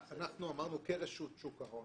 התוספת הראשונה כוללת רשימה של מדינות